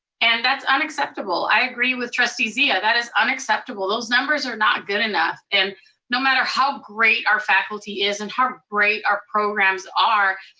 and that's unacceptable. i agree with trustee zia, that is unacceptable. those numbers are not good enough. and no matter how great our faculty and how great our programs are,